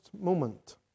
moment